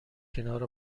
کنار